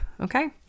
Okay